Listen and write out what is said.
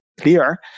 clear